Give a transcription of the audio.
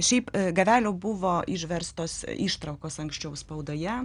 šiaip gavelio buvo išverstos ištraukos anksčiau spaudoje